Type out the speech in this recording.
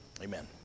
Amen